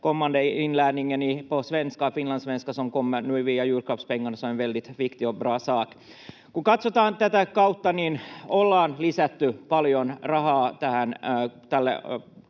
katsotaan tätä kautta, niin ollaan lisätty paljon rahaa tälle